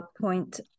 point